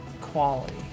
quality